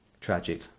tragic